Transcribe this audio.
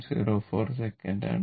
04 second ആണ്